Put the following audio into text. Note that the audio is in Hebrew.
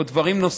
או דברים אחרים.